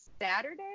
Saturday